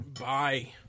Bye